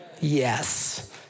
Yes